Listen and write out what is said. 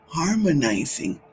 harmonizing